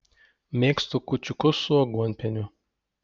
mėgstu kūčiukus su aguonpieniu